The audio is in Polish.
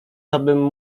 tobym